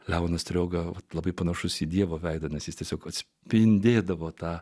leonas strioga labai panašus į dievo veidą nes jis tiesiog atspindėdavo tą